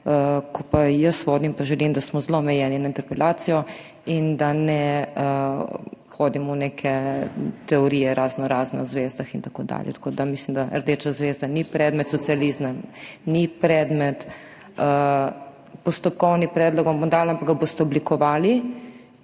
ko pa jaz vodim, pa želim, da smo zelo omejeni na interpelacijo in da ne hodimo v neke teorije razno razne o zvezdah in tako dalje. Tako, da mislim, da rdeča zvezda ni predmet socializma.. Postopkovni predlog vam bom dala, ampak ga boste oblikovali,